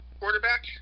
quarterback